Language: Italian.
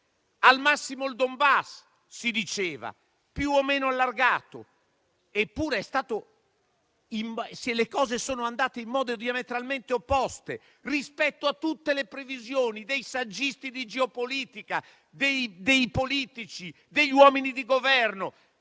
al massimo il Donbass, si diceva, più o meno allargato. Eppure le cose sono andate in modo diametralmente opposto rispetto a tutte le previsioni dei saggisti di geopolitica, dei politici, degli uomini di Governo,